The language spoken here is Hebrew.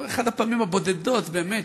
או אחת הפעמים הבודדות באמת,